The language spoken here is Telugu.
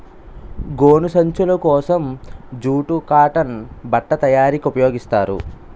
గోను సంచులు కోసం జూటు కాటన్ బట్ట తయారీకి ఉపయోగిస్తారు